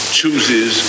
chooses